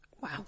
Wow